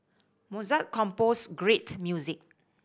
Mozart composed great music